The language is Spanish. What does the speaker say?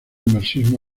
marxismo